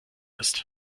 ist